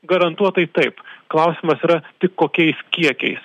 garantuotai taip klausimas yra tik kokiais kiekiais